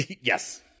yes